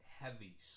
heavy